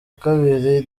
kabiri